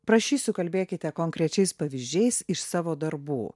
prašysiu kalbėkite konkrečiais pavyzdžiais iš savo darbų